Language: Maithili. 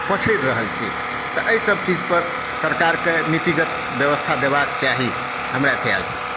पछड़ि रहल छी एहि सभ चीजपर सरकारके नीतिगत बेबस्था देबाक चाही हमरा खियालसँ